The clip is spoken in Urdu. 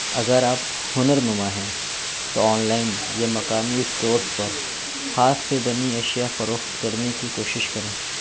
اگر آپ ہنرنما ہیں تو آن لائن یا مقامی اسٹورز پر ہاتھ سے بنی اشیاء فروخت کرنے کی کوشش کریں